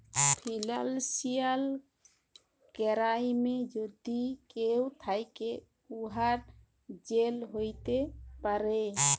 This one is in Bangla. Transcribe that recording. ফিলালসিয়াল কেরাইমে যদি কেউ থ্যাকে, উয়ার জেল হ্যতে পারে